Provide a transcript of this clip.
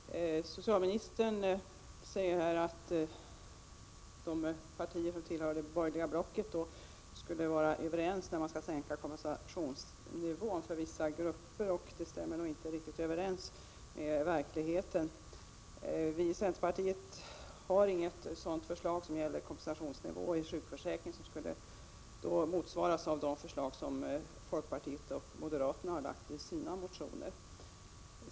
Herr talman! Socialministern säger att de partier som tillhör det borgerliga blocket skulle vara överens om att sänka kompensationsnivån för vissa grupper. Det stämmer nog inte riktigt med verkligheten. Vi i centerpartiet har inte något förslag beträffande kompensationsnivån som motsvaras av de förslag som folkpartiet och moderaterna framfört i sina motioner.